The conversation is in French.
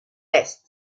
est